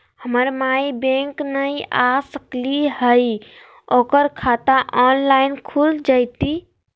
हमर माई बैंक नई आ सकली हई, ओकर खाता ऑनलाइन खुल जयतई?